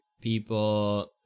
people